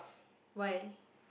why